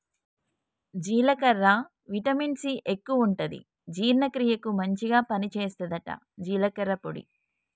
జీలకర్రల vitamin C ఎక్కువుంటది జీర్ణ క్రియకు మంచిగ పని చేస్తదట జీలకర్ర పొడి